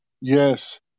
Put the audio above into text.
yes